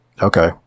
Okay